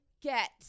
get